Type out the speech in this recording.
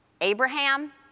Abraham